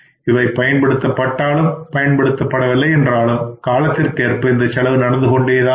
இவை பயன்படுத்தப்பட்டாலும் பயன்படுத்தப்படவில்லை என்றாலும் காலத்திற்கேற்ப இந்தசெலவு நடந்துகொண்டுதான் இருக்கும்